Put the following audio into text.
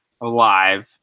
alive